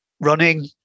Running